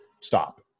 stop